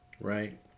right